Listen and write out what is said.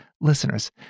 listeners